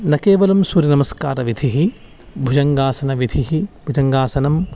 न केवलं सूर्यनमस्कारविधिः भुजङ्गासनविधिः भुजङ्गासनम्